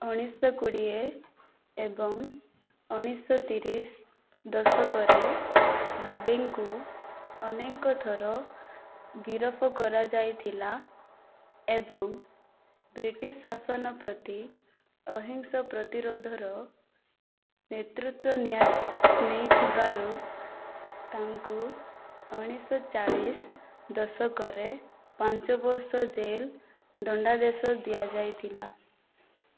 ଉଣେଇଶି ଶହ କୋଡ଼ିଏ ଏବଂ ଉଣେଇଶି ଶହ ତିରିଶି ଦଶକରେ ଭାବେଙ୍କୁ ଅନେକ ଥର ଗିରଫ କରାଯାଇଥିଲା ଏବଂ ବ୍ରିଟିଶ୍ ଶାସନ ପ୍ରତି ଅହିଂସା ପ୍ରତିରୋଧର ନେତୃତ୍ୱ ନେଇଥିବାରୁ ତାଙ୍କୁ ଉଣେଇଶି ଶହ ଚାଳିଶି ଦଶକରେ ପାଞ୍ଚ ବର୍ଷ ଜେଲ ଦଣ୍ଡାଦେଶ ଦିଆଯାଇଥିଲା